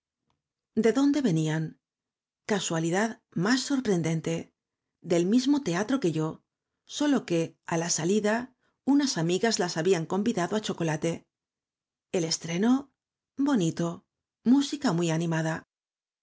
de dónde venían casualidad más sorprendente del mismo teatro que yo sólo que á la salida unas amigas las habían convidado á chocolate el estreno bonito música muy animada